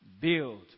Build